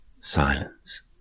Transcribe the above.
silence